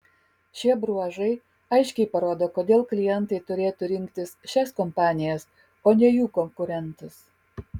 šie bruožai aiškiai parodo kodėl klientai turėtų rinktis šias kompanijas o ne jų konkurentus